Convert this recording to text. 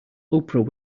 oprah